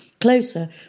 Closer